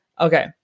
Okay